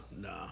nah